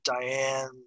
diane